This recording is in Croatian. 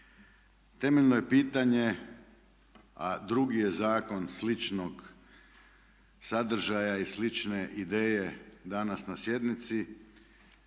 Temeljno je pitanje, a drugi je zakon sličnog sadržaja i slične ideje danas na sjednici